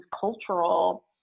cultural